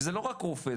וזה לא רק רופא,